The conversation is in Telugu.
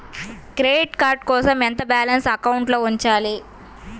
క్రెడిట్ కార్డ్ కోసం ఎంత బాలన్స్ అకౌంట్లో ఉంచాలి?